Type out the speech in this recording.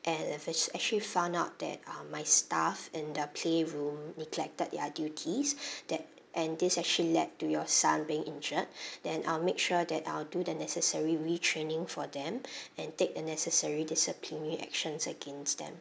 and if it's actually found out that uh my staff in the playroom neglected their duties that and this actually led to your son being injured then I'll make sure that I'll do the necessary retraining for them and take the necessary disciplinary actions against them